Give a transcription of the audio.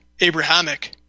Abrahamic